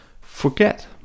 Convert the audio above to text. forget